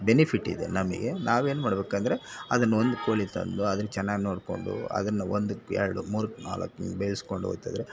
benefit ಇದೆ ನಮಗೆ ನಾವು ಏನ್ಮಾಡಬೇಕು ಅಂದರೆ ಅದನ್ನು ಒಂದು ಕೋಳಿ ತಂದು ಅದನ್ನು ಚೆನ್ನಾಗ್ ನೋಡಿಕೊಂಡು ಅದರಿಂದ ಒಂದುಕ್ಕೆ ಎರಡು ಮೂರುಕ್ಕೆ ನಾಲ್ಕು ಬೆಳೆಸ್ಕೊಂಡ್ ಹೋಯ್ತಾ ಇದ್ದರೆ